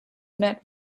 met